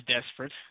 desperate